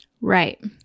Right